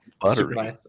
buttery